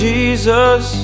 Jesus